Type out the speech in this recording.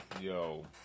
Yo